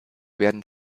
werden